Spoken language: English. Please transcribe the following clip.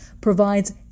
provides